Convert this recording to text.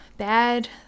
bad